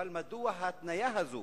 אבל מדוע ההתניה הזאת?